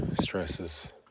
stresses